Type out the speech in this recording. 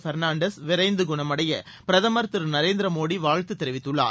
பெர்ணான்டஸ் விரைந்து குணமடைய பிரதமர் திரு நரேந்திர மோதி வாழ்த்து தெரிவித்துள்ளார்